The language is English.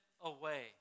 away